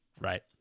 right